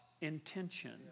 intention